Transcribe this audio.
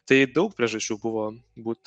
tai daug priežasčių buvo būt